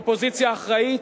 אופוזיציה אחראית?